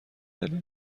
دلیل